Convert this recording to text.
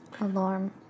Alarm